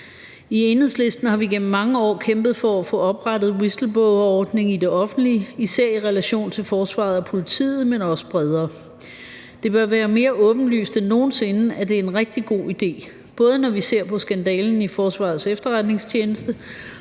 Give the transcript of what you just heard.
I Enhedslisten har vi igennem mange år kæmpet for at få oprettet en whistleblowerordning i det offentlige, især i relation til forsvaret og politiet, men også bredere. Det bør være mere åbenlyst end nogen sinde, at det er en rigtig god idé, både når vi ser på skandalen i Forsvarets Efterretningstjeneste,